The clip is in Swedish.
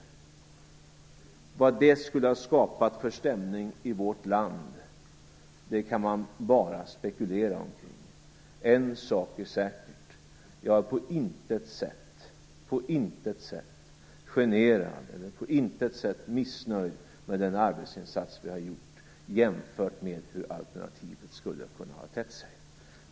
Vilken stämning det skulle ha skapat i vårt land kan man bara spekulera omkring. En sak är säker: Jag är på intet sätt generad eller missnöjd med den arbetsinsats som vi har gjort jämfört med hur alternativet skulle ha kunnat te sig.